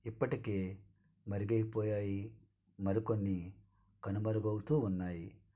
ఇప్పటికే మరుగైపోయాయి మరికొన్ని కనుమరుగవుతూ ఉన్నాయి